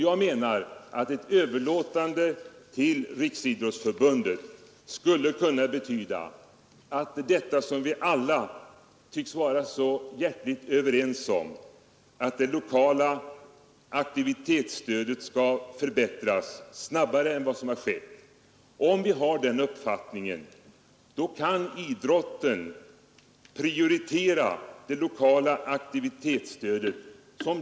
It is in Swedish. Jag menar att ett överlåtande av förvaltningsansvaret till Riksidrottsförbundet skulle kunna främja detta som vi alla tycks vara så hjärtligt överens om: att det lokala aktivitetsstödet skall förbättras snabbare än vad som har skett. Om vi har den uppfattningen kan man prioritera det lokala aktivitetsstödet.